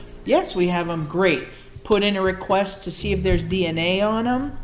yes we have them great put in a request to see if there's dna on them.